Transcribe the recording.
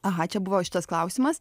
aha čia buvo šitas klausimas